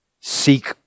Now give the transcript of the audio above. seek